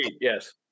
yes